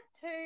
two